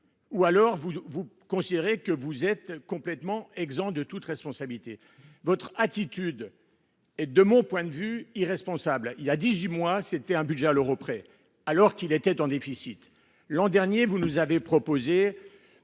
je parle ? Ou considérez vous que vous êtes complètement exempt de toute responsabilité ? Votre attitude est, de mon point de vue, irresponsable. Il y a dix huit mois, c’était un budget à l’euro près – alors qu’il était en déficit. L’an dernier, vous nous avez proposé